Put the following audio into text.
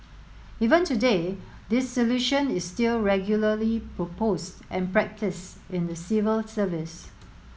even today this solution is still regularly proposed and practised in the civil service